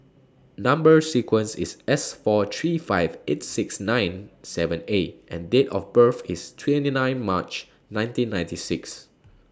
Number sequence IS S four three five eight six nine seven A and Date of birth IS twenty nine March nineteen ninety six